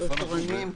מוסדות תורניים,